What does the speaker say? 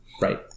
Right